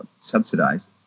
subsidized